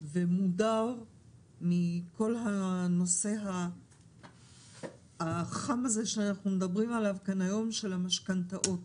ומודר מכל הנושא החם הזה שאנחנו מדברים עליו כאן היום של המשכנתאות.